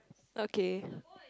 okay